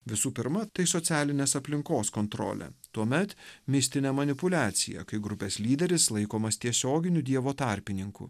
visų pirma tai socialinės aplinkos kontrolė tuomet mistinė manipuliacija kai grupės lyderis laikomas tiesioginiu dievo tarpininku